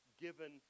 given